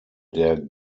der